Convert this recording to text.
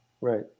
right